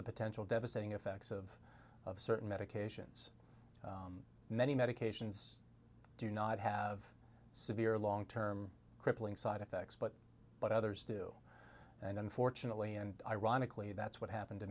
the potential devastating effects of certain medications many medications do not have severe long term crippling side effects but what others do and unfortunately and ironically that's what happened to